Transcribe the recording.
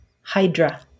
Hydra